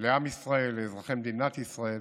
לעם ישראל, לאזרחי מדינת ישראל,